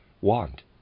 want